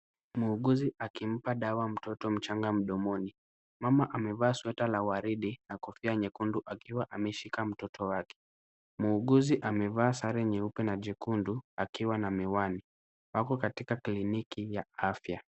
Muuguzi akimpa dawa mtoto mchanga mdomoni. Mama amevaa sweta la waridi na kofia nyekundu akiwa ameshika mtoto wake. Muuguzi amevaa sare nyeupe na jekundu akiwa na miwani. Wako katika kliniki ya afya.